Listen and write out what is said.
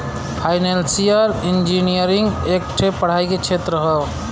financial engineering एक ठे पढ़ाई के क्षेत्र हौ